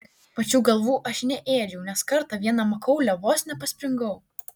pačių galvų aš neėdžiau nes kartą viena makaule vos nepaspringau